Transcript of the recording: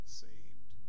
saved